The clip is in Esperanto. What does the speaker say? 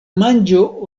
manĝo